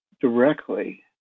directly